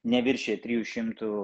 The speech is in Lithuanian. neviršija trijų šimtų